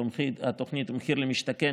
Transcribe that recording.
התוכנית מחיר למשתכן,